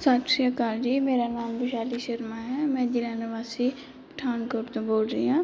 ਸਤਿ ਸ਼੍ਰੀ ਅਕਾਲ ਜੀ ਮੇਰਾ ਨਾਮ ਵੈਸ਼ਾਲੀ ਸ਼ਰਮਾ ਹੈ ਮੈਂ ਜ਼ਿਲ੍ਹਾ ਨਿਵਾਸੀ ਪਠਾਨਕੋਟ ਤੋਂ ਬੋਲ ਰਹੀ ਹਾਂ